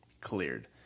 cleared